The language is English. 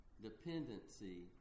dependency